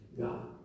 God